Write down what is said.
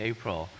April